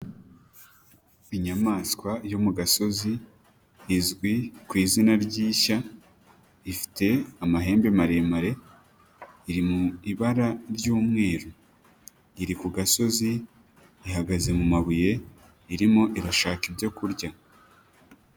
Inyamaswa yo mu gasozi izwi ku izina ry'ishya, ifite amahembe maremare iri mu ibara ry'umweru, iri ku gasozi ihagaze mu mabuye irimo irashaka ibyokurya.